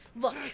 Look